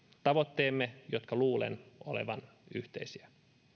tavoitteemme joiden luulen olevan yhteisiä